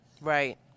Right